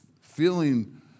feeling